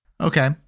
Okay